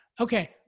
Okay